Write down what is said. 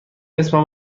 اسمم